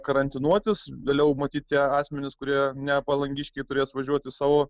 karantinuotis vėliau matyt tie asmenys kurie ne palangiškiai turės važiuot į savo